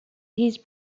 his